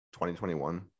2021